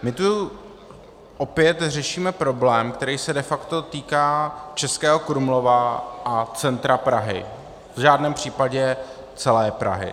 My tu opět řešíme problém, který se de facto týká Českého Krumlova a centra Prahy, v žádném případě celé Prahy.